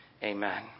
Amen